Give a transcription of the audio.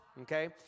Okay